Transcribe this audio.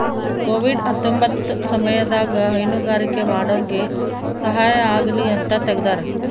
Covid ಹತ್ತೊಂಬತ್ತ ಸಮಯದಾಗ ಹೈನುಗಾರಿಕೆ ಮಾಡೋರ್ಗೆ ಸಹಾಯ ಆಗಲಿ ಅಂತ ತೆಗ್ದಾರ